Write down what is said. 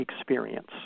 experience